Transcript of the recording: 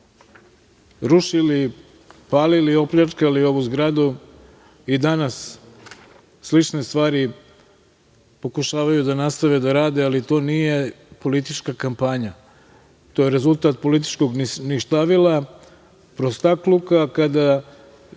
rušili, palili, opljačkali ovu zgradu i danas slične stvari pokušavaju da nastave da rade, ali to nije politička kampanja, to je rezultat političkog ništavila, prostakluka. Kada